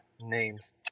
Names